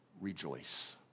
rejoice